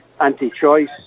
anti-choice